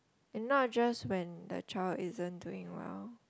and not just when the child isn't doing well